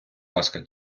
ласка